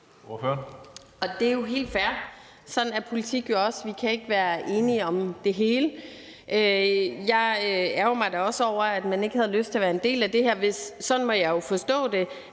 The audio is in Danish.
Det er helt fair; sådan er politik jo også. Vi kan ikke være enige om det hele. Jeg ærgrer mig da også over, at man ikke havde lyst til at være en del af det her, hvis man, sådan må jeg forstå det,